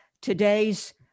today's